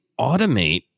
automate